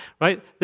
right